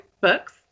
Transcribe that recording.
books